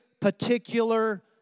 particular